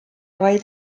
vaid